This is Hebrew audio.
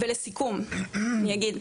לסיכום אני אגיד,